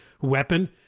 weapon